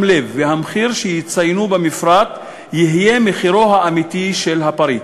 לב והמחיר שהם יציינו במפרט יהיה מחירו האמיתי של הפריט.